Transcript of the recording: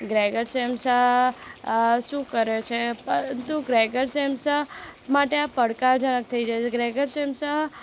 Gregor Samsa શું કરે છે તો સેમસા માટે આ પડકારજનક થઇ જાય છે સેમસા